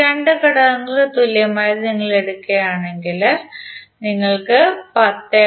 ഈ 2 ഘടകങ്ങൾക്ക് തുല്യമായത് നിങ്ങൾ എടുക്കുകയാണെങ്കിൽ നിങ്ങൾക്ക് 10